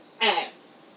ass